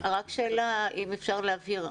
רק שאלה אם אפשר להבהיר.